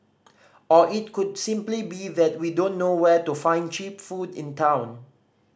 or it could simply be that we don't know where to find cheap food in town